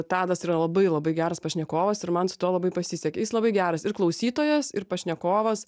tadas yra labai labai geras pašnekovas ir man su tuo labai pasisekė jis labai geras ir klausytojas ir pašnekovas